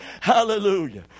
Hallelujah